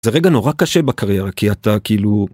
זה רגע נורא קשה בקריירה, כי אתה כאילו...